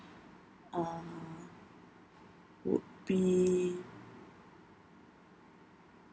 um would be